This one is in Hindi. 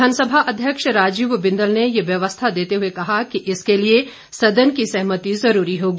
विधानसभा अध्यक्ष राजीव बिंदल ने यह व्यवस्था देते हुए कहा कि इसके लिए सदन की सहमति जरूरी होगी